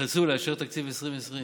תלחצו לאשר את תקציב 2020,